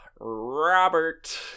Robert